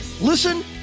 Listen